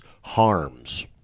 Harms